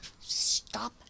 stop